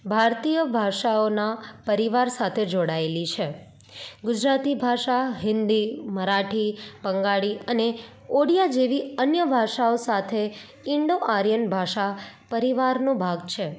ભારતીય ભાષાઓના પરિવાર સાથે જોડાયેલી છે ગુજરાતી ભાષા હિન્દી મરાઠી બંગાળી અને ઓડિયા જેવી અન્ય ભાષાઓ સાથે ઇન્ડો આર્યન ભાષા પરિવારનો ભાગ છે